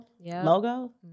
logo